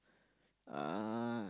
uh